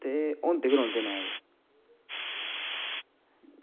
ते होंदे गै रौहंदे न एह्